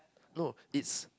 no it's